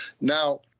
Now